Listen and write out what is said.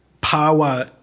power